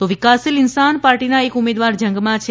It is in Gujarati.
તો વિકાસશીલ ઇન્સાન પાર્ટીના એક ઉમેદવાર જંગમાં છે